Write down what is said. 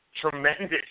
tremendous